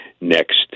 next